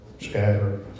scatter